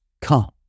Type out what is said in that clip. come